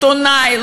עיתונאי,